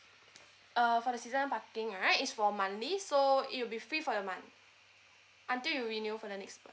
uh for the seasonal parking right is for monhly so it will be free for your month until you renew for the next month